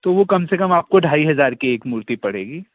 तो वो कम से कम आपको ढाई हज़ार की एक मूर्ति पड़ेगी